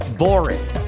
boring